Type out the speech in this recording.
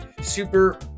super